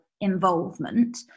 involvement